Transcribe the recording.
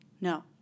No